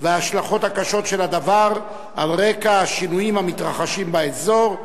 והשלכותיה הקשות על רקע השינויים המתרחשים באזור.